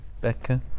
Becca